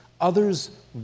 Others